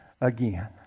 again